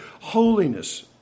holiness